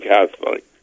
Catholic